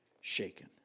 shaken